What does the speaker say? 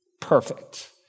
perfect